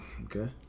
Okay